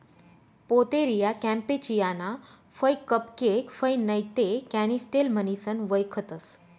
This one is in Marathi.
पोतेरिया कॅम्पेचियाना फय कपकेक फय नैते कॅनिस्टेल म्हणीसन वयखतंस